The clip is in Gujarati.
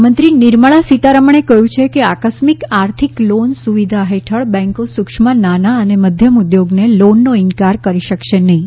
ઇ નાણામંત્રી નિર્મળા સીતારમણે કહ્યું છે કે આકસ્મિક આર્થિક લોન સુવિધા હેઠળ બેન્કો સૂક્ષ્મ નાના અને મધ્યમ ઉદ્યોગને લોનનો ઇનકાર કરી શકશે નહીં